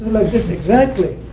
this exactly.